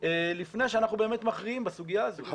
לפני שאנחנו מכריעים בסוגיה הזו.